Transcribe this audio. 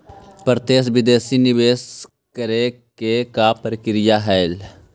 प्रत्यक्ष विदेशी निवेश करे के का प्रक्रिया हइ?